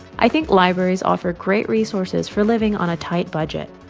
i think libraries offer great resources for living on a tight budget